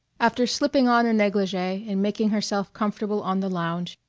after slipping on a negligee and making herself comfortable on the lounge,